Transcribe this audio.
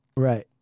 Right